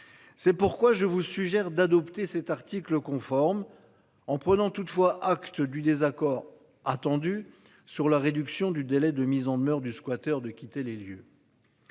C'est pourquoi je vous suggère d'adopter cet article conforme en prenant toutefois acte du désaccord attendu sur la réduction du délai de mise en demeure du squatteur de quitter les lieux.